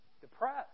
depressed